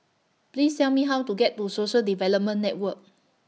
Please Tell Me How to get to Social Development Network